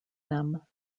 them